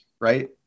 right